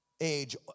age